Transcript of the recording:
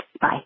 Bye